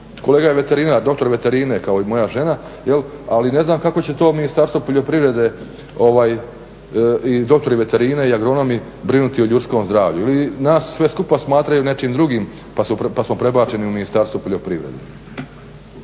kolega je veterinar, doktor veterine kao i moja žena, ali ne znam kako će to Ministarstvo poljoprivrede i doktori veterine, i agronomi brinuti o ljudskom zdravlju. Ili nas sve skupa smatraju nečim drugim pa samo prebačeni u Ministarstvo poljoprivrede.